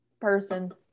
Person